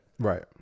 Right